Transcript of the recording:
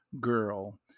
girl